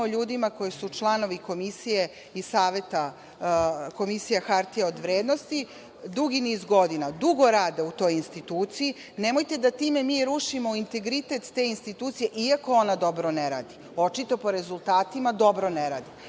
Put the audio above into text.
o ljudima koji su članovi Komisije i Saveta Komisije za hartije od vrednosti. Dugi niz godina, dugo rade u toj instituciji. Nemojte da time mi rušimo integritet te institucije, iako ona dobro ne radi. Očito, po rezultatima dobro ne radi,